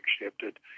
accepted